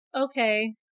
okay